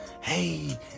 hey